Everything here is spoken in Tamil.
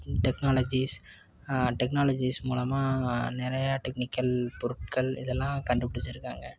டெக்னாலஜிஸ் டெக்னாலஜிஸ் மூலமாக நிறையா டெக்கினிக்கல் பொருட்கள் இதெல்லாம் கண்டுபிடிச்சிருக்காங்க